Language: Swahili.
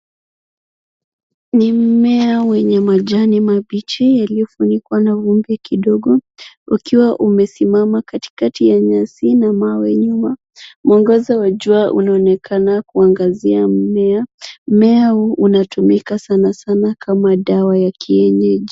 ni mmea wenye majani mabichi yaliyofunikwa na vumbi kidogo ukiwa umesimama katikati ya nyasi na mawe nyuma. Mwangaza wa jua uanonekana kuangazia mmea. Mmea huu unatumika sanasana kama dawa ya kienyeji.